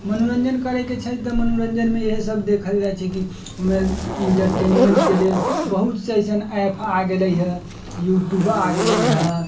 मनोरञ्जन करैके छै तऽ मनोरञ्जनमे इएह सब देखल जाइ छै कि ओहिमे एन्टरटेनमेन्टके लेल बहुत से अइसन ऐप आ गेलै हँ यूट्यूब आ गेलै हँ